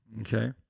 Okay